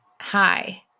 hi